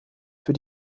für